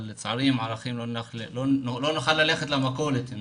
אבל לצערי עם ערכים לא נוכל ללכת למכולת.